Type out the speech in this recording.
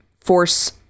force